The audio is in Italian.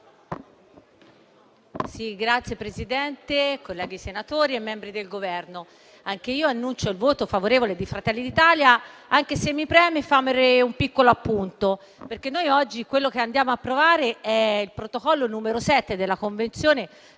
Signor Presidente, colleghi senatori e membri del Governo, anche io annuncio il voto favorevole di Fratelli d'Italia, anche se mi preme fare un piccolo appunto. Quello che noi oggi andiamo ad approvare è il protocollo numero sette della Convenzione